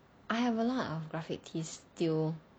I have a lot of graphic tees still